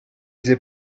ese